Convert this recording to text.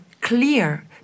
clear